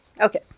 Okay